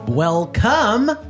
Welcome